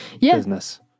business